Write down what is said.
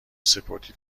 سپردی